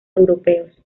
europeos